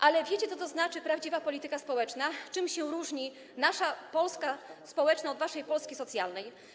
A wiecie, co to znaczy prawdziwa polityka społeczna, czym się różni nasza Polska społeczna od waszej Polski socjalnej?